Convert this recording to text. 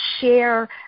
share